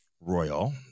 Royal